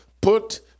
put